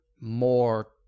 more